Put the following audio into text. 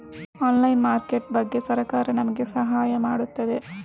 Online market ಬಗ್ಗೆ ಸರಕಾರ ನಮಗೆ ಸಹಾಯ ಮಾಡುತ್ತದೆ?